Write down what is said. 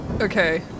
Okay